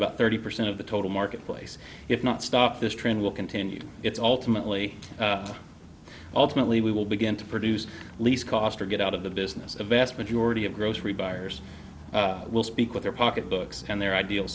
about thirty percent of the total marketplace if not stop this trend will continue its ultimate lee ultimately we will begin to produce least cost or get out of the business a vast majority of grocery buyers will speak with their pocketbooks and their ideal